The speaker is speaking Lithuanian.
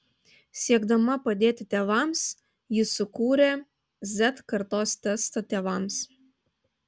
siekdama padėti tėvams ji sukūrė z kartos testą tėvams